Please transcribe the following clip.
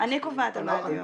אני קובעת על מה הדיון.